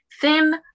thin